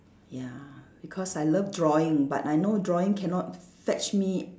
ya because I love drawing but I know drawing cannot fetch me